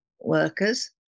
workers